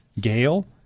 Gail